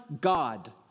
God